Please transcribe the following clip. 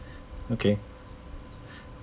okay